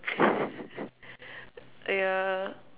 ya